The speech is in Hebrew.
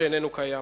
שאיננו קיים.